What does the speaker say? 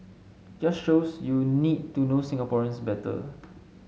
just shows you need to know Singaporeans better